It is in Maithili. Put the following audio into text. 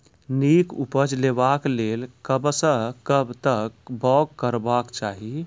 नीक उपज लेवाक लेल कबसअ कब तक बौग करबाक चाही?